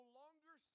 longer